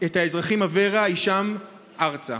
את האזרחים אברה והישאם ארצה.